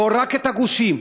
או רק את הגושים,